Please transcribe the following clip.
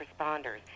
responders